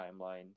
timeline